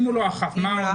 אם הוא לא אוכף, מה העונש?